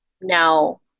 now